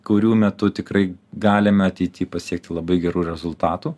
kurių metu tikrai galime ateity pasiekti labai gerų rezultatų